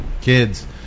kids